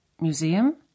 Museum